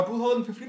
2015